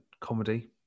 Comedy